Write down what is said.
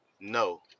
No